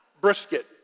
Brisket